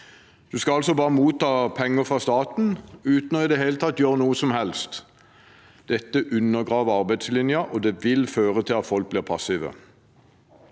En skal altså bare motta penger fra staten uten i det hele tatt å gjøre noe som helst. Dette undergraver arbeidslinjen, og det vil føre til at folk blir passive.